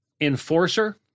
enforcer